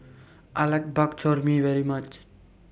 I like Bak Chor Mee very much